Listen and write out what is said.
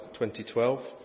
2012